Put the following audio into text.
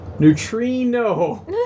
Neutrino